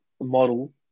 model